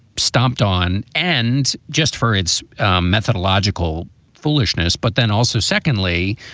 stomped on and just for its methodological foolishness. but then also secondly,